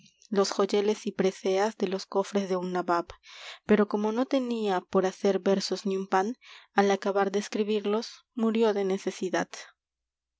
los bagdad joyeles y preseas un de los cofres de pero por como no nabab tenía hacer versos ni un pan al acabar de escribirlos murió de necesidad ío